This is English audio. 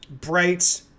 bright